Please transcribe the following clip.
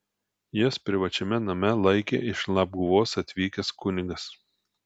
jas privačiame name laikė iš labguvos atvykęs kunigas